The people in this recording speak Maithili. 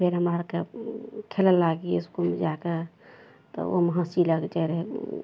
फेर हमरा आरके खेलऽ लागियै इसकुल जाके तऽ ओहूमे हँसी लागि जाइ रहय